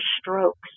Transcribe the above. strokes